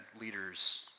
leaders